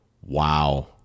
Wow